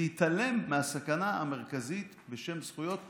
להתעלם מהסכנה המרכזית בשם זכויות,